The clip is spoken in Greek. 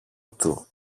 του